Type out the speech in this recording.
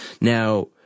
Now